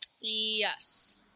Yes